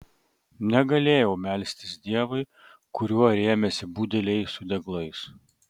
negalėjau melstis dievui kuriuo rėmėsi budeliai su deglais